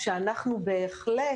כשאנחנו בהחלט